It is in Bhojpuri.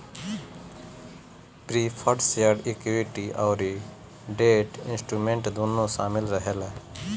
प्रिफर्ड शेयर इक्विटी अउरी डेट इंस्ट्रूमेंट दूनो शामिल रहेला